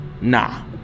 Nah